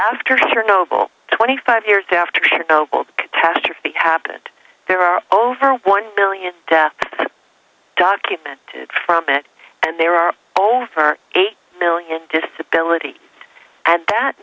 after chernobyl twenty five years after chernobyl catastrophe happened there are over one million deaths documented from it and there are over eight million disability and that